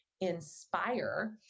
inspire